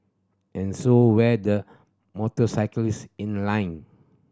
and so were the motorcyclists in line